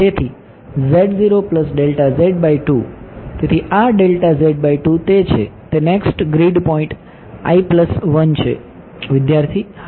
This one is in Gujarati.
તેથી તેથી આ તે છે તે નેક્સ્ટ ગ્રીડ પોઇન્ટ છે વિદ્યાર્થી હા